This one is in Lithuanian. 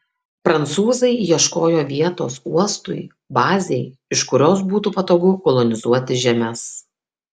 prancūzai ieškojo vietos uostui bazei iš kurios būtų patogu kolonizuoti žemes